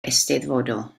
eisteddfodol